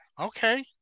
Okay